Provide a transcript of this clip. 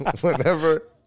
Whenever